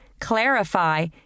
clarify